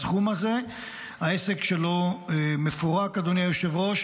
העסק שלו מפורק, אדוני היושב-ראש.